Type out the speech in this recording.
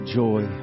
joy